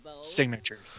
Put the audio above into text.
signatures